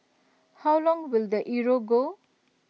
how long will the euro go